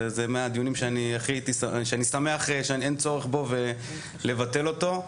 וזה מהדיונים שאני שמח שאין צורך בו ולבטל אותו.